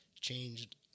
changed